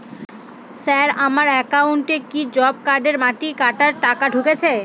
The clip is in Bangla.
স্যার আমার একাউন্টে কি জব কার্ডের মাটি কাটার টাকা ঢুকেছে?